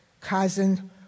cousin